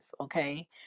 okay